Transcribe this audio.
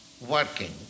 working